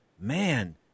man